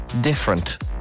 different